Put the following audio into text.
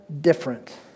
different